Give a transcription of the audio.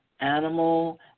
animal